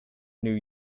new